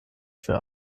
für